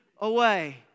away